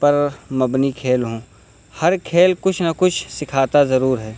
پر مبنی کھیل ہوں ہر کھیل کچھ نہ کچھ سکھاتا ضرور ہے